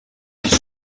nicht